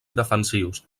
defensius